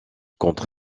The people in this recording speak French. contre